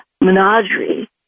menagerie